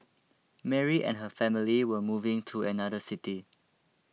Mary and her family were moving to another city